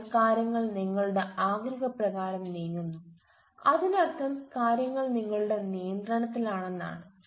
അതിനാൽ കാര്യങ്ങൾ നിങ്ങളുടെ ആഗ്രഹപ്രകാരം നീങ്ങുന്നു അതിനർത്ഥം കാര്യങ്ങൾ നിങ്ങളുടെ നിയന്ത്രണത്തിലാണെന്നാണ്